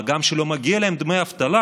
מה גם שלא מגיעים להם דמי אבטלה,